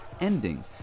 ending